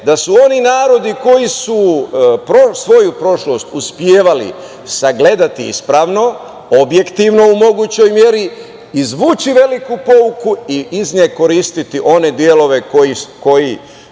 da su oni narodi koji svoju prošlost uspevali sagledati ispravno, objektivno u mogućoj meri, izvući veliku pouku i iz nje koristiti one delove koji